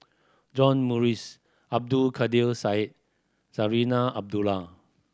John Morrice Abdul Kadir Syed Zarinah Abdullah